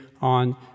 on